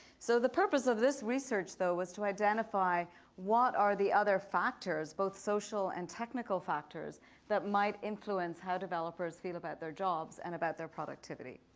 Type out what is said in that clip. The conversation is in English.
so the purpose of this research though was to identify what are the other factors, both social and technical factors that might influence how developers feel about their jobs and about their productivity.